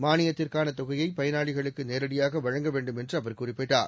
மாளியத்திற்கான தொகையை பயணாளிகளுக்கு நேரடியாக வழங்க வேண்டும் என்று அவர் குறிப்பிட்டார்